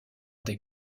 des